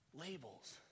labels